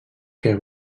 que